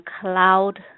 cloud